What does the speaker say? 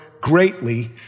greatly